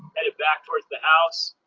headed back towards the house.